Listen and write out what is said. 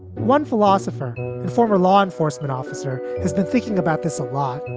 one philosopher and former law enforcement officer has been thinking about this a lot,